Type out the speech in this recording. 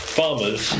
farmers